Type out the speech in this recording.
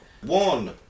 One